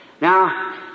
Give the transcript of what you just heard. Now